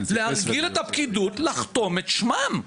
להרגיל את הפקידות לחתום את שמם.